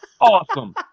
awesome